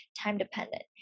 time-dependent